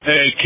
Hey